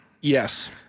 Yes